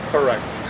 Correct